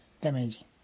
Damaging